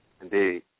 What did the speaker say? Indeed